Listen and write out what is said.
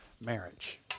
marriage